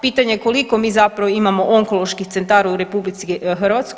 Pitanje je koliko mi zapravo imamo onkoloških centara u RH.